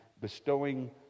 bestowing